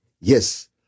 Yes